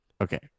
Okay